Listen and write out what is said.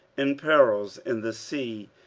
in perils in the sea,